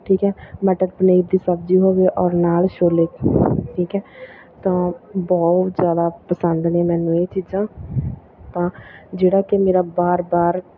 ਠੀਕ ਹੈ ਮਟਕ ਪਨੀਰ ਦੀ ਸਬਜ਼ੀ ਹੋਵੇ ਔਰ ਨਾਲ ਛੋਲੇ ਠੀਕ ਹੈ ਤਾਂ ਬਹੁਤ ਜ਼ਿਆਦਾ ਪਸੰਦ ਨੇ ਮੈਨੂੰ ਇਹ ਚੀਜ਼ਾਂ ਤਾਂ ਜਿਹੜਾ ਕਿ ਮੇਰਾ ਬਾਰ ਬਾਰ